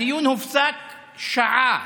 הדיון הופסק לשעה.